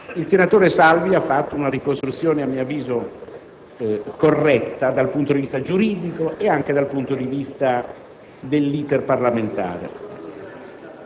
il senatore Salvi, il quale ha fatto una ricostruzione corretta dal punto di vista giuridico e anche dal punto di vista dell'*iter* parlamentare.